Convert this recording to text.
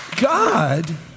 God